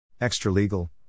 Extra-legal